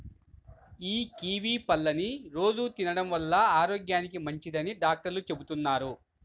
యీ కివీ పళ్ళని రోజూ తినడం వల్ల ఆరోగ్యానికి మంచిదని డాక్టర్లు చెబుతున్నారు